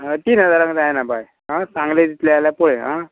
तीन हजारांक जायना बाय आं सांगले दितले जाल्यार पळय आं